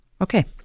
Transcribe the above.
Okay